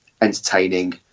entertaining